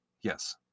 yes